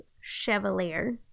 Chevalier